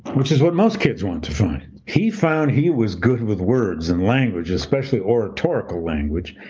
which is what most kids want to find. he found he was good with words and language, especially oratorical language.